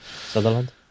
Sutherland